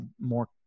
more